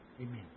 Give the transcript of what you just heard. Amen